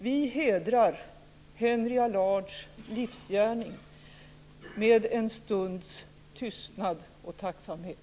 Vi hedrar Henry Allards livsgärning med en stunds tystnad och tacksamhet.